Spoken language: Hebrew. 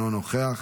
אינו נוכח,